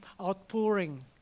outpouring